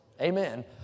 Amen